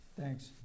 Thanks